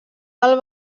del